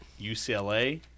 UCLA